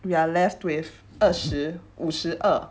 we are left with 二十五十二